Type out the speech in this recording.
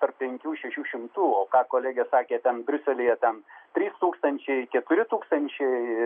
ar penkių šešių šimtų o ką kolegė sakė ten briuselyje ten trys tūkstančiai keturi tūkstančiai